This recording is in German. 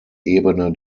ebene